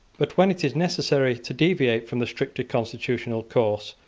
but when it is necessary to deviate from the strictly constitutional course,